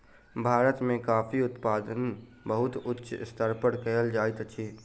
भारत में कॉफ़ी उत्पादन बहुत उच्च स्तर पर कयल जाइत अछि